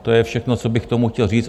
To je všechno, co bych k tomu chtěl říct.